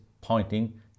pointing